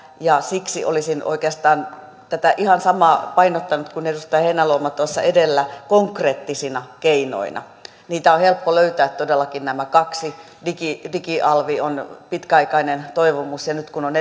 ja siksi olisin oikeastaan painottanut ihan samaa kuin edustaja heinäluoma edellä konkreettisina keinoina niitä on helppo löytää todellakin nämä kaksi digialvi digialvi on pitkäaikainen toivomus ja nyt kun on